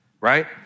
right